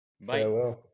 Bye